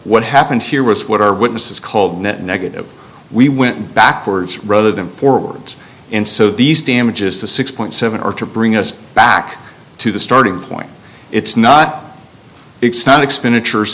what happened here was what our witnesses called net negative we went backwards rather than forwards and so these damages the six point seven or to bring us back to the starting point it's not it's not expenditures